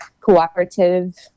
cooperative